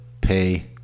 pay